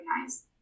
recognize